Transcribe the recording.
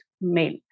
male